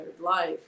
life